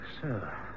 Sir